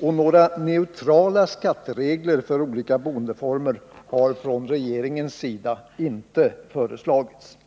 och några neutrala skatteregler för olika boendeformer har från regeringens sida inte föreslagits.